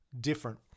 different